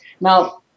Now